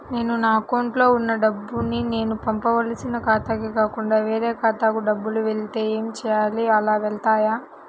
నేను నా అకౌంట్లో వున్న డబ్బులు నేను పంపవలసిన ఖాతాకి కాకుండా వేరే ఖాతాకు డబ్బులు వెళ్తే ఏంచేయాలి? అలా వెళ్తాయా?